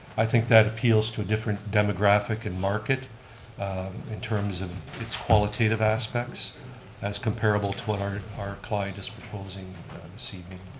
i think that appeals to a different demographic and market in terms of its qualitative aspects as comparable to what our our client is proposing this evening.